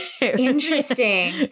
interesting